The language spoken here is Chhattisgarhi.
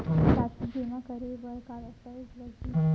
राशि जेमा करे बर का दस्तावेज लागही?